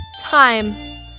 Time